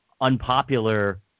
unpopular